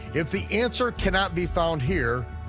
if the answer cannot be found here,